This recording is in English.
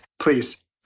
Please